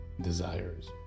desires